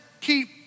keep